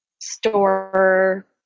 store